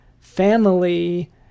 family